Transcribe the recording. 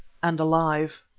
and alive.